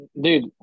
Dude